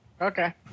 Okay